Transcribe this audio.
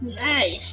Nice